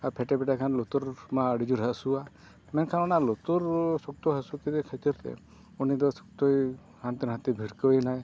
ᱟᱨ ᱯᱷᱮᱴᱮ ᱯᱷᱮᱴᱮ ᱠᱷᱟᱱ ᱞᱩᱛᱩᱨ ᱢᱟ ᱟᱹᱰᱤᱡᱳᱨ ᱦᱟᱹᱥᱩᱣᱟ ᱢᱮᱱᱠᱷᱟᱱ ᱚᱱᱟ ᱞᱩᱛᱩᱨ ᱥᱚᱠᱛᱚ ᱦᱟᱹᱥᱩ ᱠᱮᱫᱮ ᱠᱷᱟᱹᱛᱤᱨᱛᱮ ᱩᱱᱤᱫᱚ ᱥᱚᱠᱛᱚᱭ ᱦᱟᱱᱛᱮ ᱱᱟᱛᱮᱭ ᱵᱷᱤᱲᱠᱟᱹᱣ ᱮᱱᱟᱭ